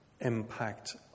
impact